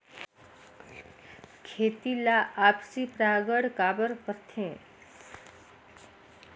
खेती ला आपसी परागण काबर करथे?